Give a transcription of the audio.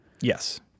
Yes